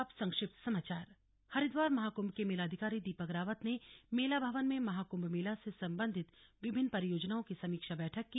अब संक्षिप्त समाचार हरिद्वार महाकृभ के मेलाधिकारी दीपक रावत ने मेला भवन में महाकृम्भ मेला से सम्बन्धित विभिन्न परियोजनाओं की समीक्षा बैठक की